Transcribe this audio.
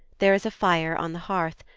there is a fire on the hearth,